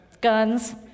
Guns